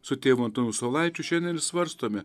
su tėvu antanu saulaičiu šiandien ir svarstome